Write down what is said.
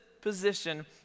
position